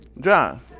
john